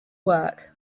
work